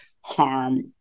harm